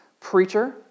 Preacher